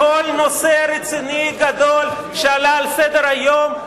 בכל נושא רציני גדול שעלה על סדר-היום,